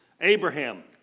Abraham